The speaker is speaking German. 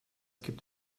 gibt